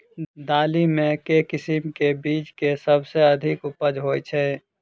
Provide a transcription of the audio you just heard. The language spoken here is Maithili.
दालि मे केँ किसिम केँ बीज केँ सबसँ अधिक उपज होए छै?